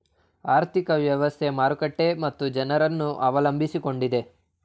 ಆರ್ಥಿಕ ವ್ಯವಸ್ಥೆ, ಮಾರುಕಟ್ಟೆ ಮತ್ತು ಜನರನ್ನು ಅವಲಂಬಿಸಿಕೊಂಡಿದೆ